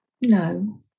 No